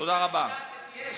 תודה רבה.